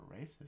racist